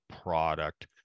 product